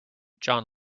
john